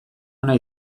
ona